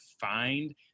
find